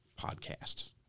podcasts